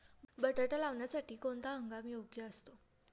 बटाटा लावण्यासाठी कोणता हंगाम योग्य असतो?